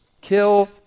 Kill